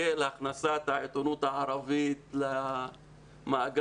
של הכנסת העיתונות הערבית למאגר